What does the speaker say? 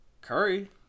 Curry